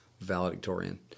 valedictorian